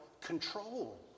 control